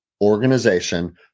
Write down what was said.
organization